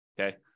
Okay